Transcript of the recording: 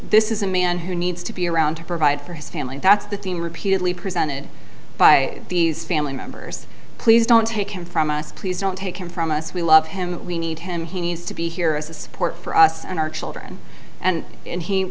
this is a man who needs to be around to provide for his family that's the theme repeatedly presented by these family members please don't take him from us please don't take him from us we love him we need him he needs to be here as a support for us and our children and